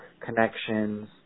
connections